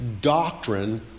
doctrine